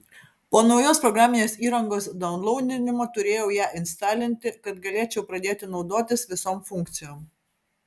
po naujos programinės įrangos daunlaudinimo turėjau ją instalinti kad galėčiau pradėti naudotis visom funkcijom